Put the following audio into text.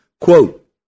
quote